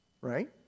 Right